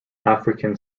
african